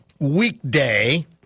weekday